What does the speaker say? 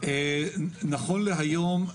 נכון להיום,